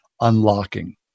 unlocking